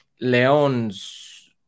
Leon's